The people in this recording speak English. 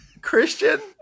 Christian